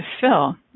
fill